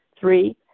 Three